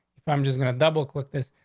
if i'm just gonna double click this,